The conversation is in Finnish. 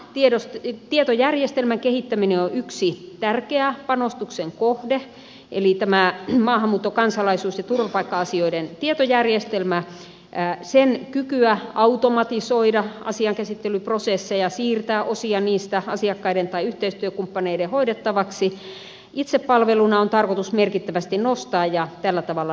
uma tietojärjestelmän kehittäminen on yksi tärkeä panostuksen kohde eli tämän maahanmuutto kansalaisuus ja turvapaikka asioiden tietojärjestelmän kykyä automatisoida asiankäsittelyprosesseja ja siirtää osia niistä asiakkaiden tai yhteistyökumppaneiden hoidettavaksi itsepalveluna on tarkoitus merkittävästi nostaa ja tällä tavalla nopeuttaa tätä työtä